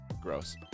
Gross